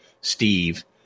Steve